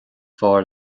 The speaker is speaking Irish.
fearr